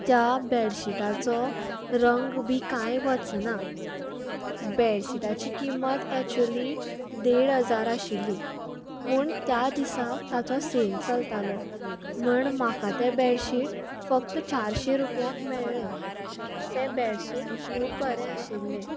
त्या बेडशिटाचो रंग बी कांय वचना बेडशिटाची किंमत एक्चुली देड हजार आशिल्ली पूण त्या दिसा ताचो सेल चलतालो म्हण म्हाका तें बेडशीट फक्त चारशें रुपयाक मेळ्ळें तें बेडशीट खूब बरें आशिल्लें